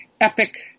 epic